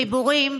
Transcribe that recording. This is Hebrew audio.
חיבורים,